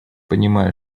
понимая